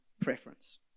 preference